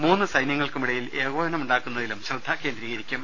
മൂന്ന് സൈന്യങ്ങൾക്കുമിടയിൽ ഏകോപനമുണ്ടാക്കുന്നതിലും ശ്രദ്ധ കേന്ദ്രീകരിക്കും